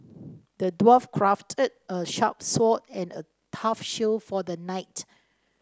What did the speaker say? the dwarf crafted a sharp sword and a tough shield for the knight